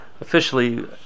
officially